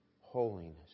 holiness